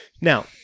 now